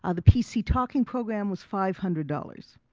ah the pc talking program was five hundred dollars.